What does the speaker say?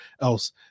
else